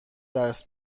درس